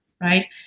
right